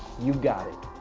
you got it!